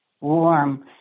warm